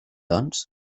doncs